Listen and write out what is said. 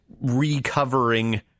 recovering